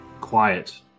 Quiet